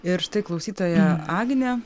ir štai klausytoja agnė